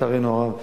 לצערנו הרב.